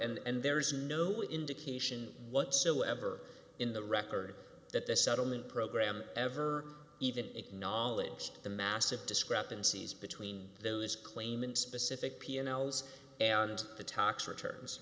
and there is no indication whatsoever in the record that the settlement program ever even acknowledged the massive discrepancies between those claimants specific pianos and the tox returns